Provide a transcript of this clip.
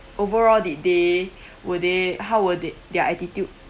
overall did they were they how were they their attitude